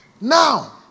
Now